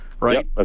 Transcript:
Right